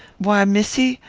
why, missee,